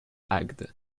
agde